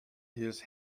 his